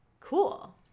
cool